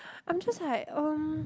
I'm just like um